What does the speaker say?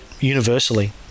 universally